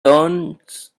turns